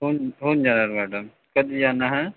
होऊन होऊन जाणार मॅडम कधी जाना है